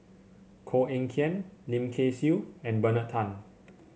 Koh Eng Kian Lim Kay Siu and Bernard Tan